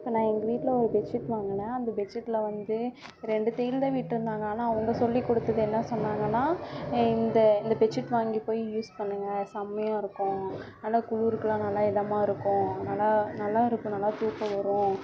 இப்போ நான் எங்கள் வீட்டில ஒரு பெட்ஷீட் வாங்குனேன் அந்த பெட்ஷீட்ல வந்து ரெண்டு தையல் தான் விட்டிருந்தாங்க ஆனால் அவங்க சொல்லிக் கொடுத்தது என்ன சொன்னாங்கன்னா இந்த இந்த பெட்ஷீட் வாங்கிட்டு போய் யூஸ் பண்ணுங்க செம்மையா இருக்கும் நல்லா குளிருக்குலாம் நல்லா இதமாக இருக்கும் அதனால் நல்லாயிருக்கும் நல்லா தூக்கம் வரும்